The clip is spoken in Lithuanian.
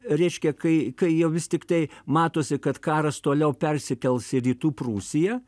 reiškia kai kai jau vis tik tai matosi kad karas toliau persikels į rytų prūsiją